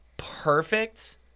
perfect